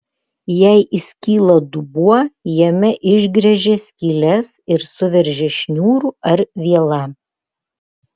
jei įskyla dubuo jame išgręžia skyles ir suveržia šniūru ar viela